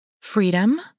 Freedom